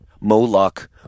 Moloch